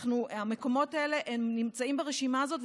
המקומות האלה נמצאים ברשימה הזאת,